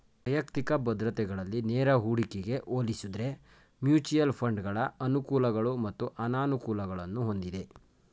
ವೈಯಕ್ತಿಕ ಭದ್ರತೆಗಳಲ್ಲಿ ನೇರ ಹೂಡಿಕೆಗೆ ಹೋಲಿಸುದ್ರೆ ಮ್ಯೂಚುಯಲ್ ಫಂಡ್ಗಳ ಅನುಕೂಲಗಳು ಮತ್ತು ಅನಾನುಕೂಲಗಳನ್ನು ಹೊಂದಿದೆ